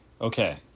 Okay